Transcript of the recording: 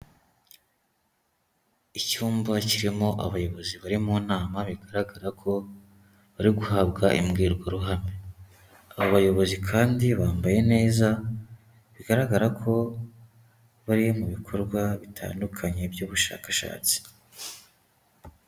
Icyumba kirimo abayobozi bari mu nama, bigaragara ko bari guhabwa imbwirwaruhame, aba bayobozi kandi bambaye neza, bigaragara ko bari mu bikorwa bitandukanye by'ubushakashatsi.